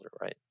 right